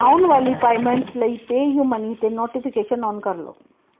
ਆਉਣ ਵਾਲੀ ਪਾਏਮੈਂਟਸ ਲਈ ਪੇਅਯੂ ਮਨੀ 'ਤੇ ਨੋਟੀਫਿਕੇਸ਼ਨ ਆਨ ਕਰ ਲਓ